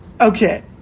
Okay